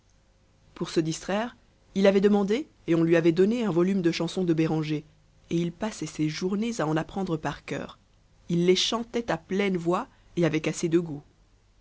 pour se distraire il avait demandé et on lui avait donné un volume de chansons de béranger et il passait ses journées à en apprendre par cœur il les chantait à pleine voix et avec assez de goût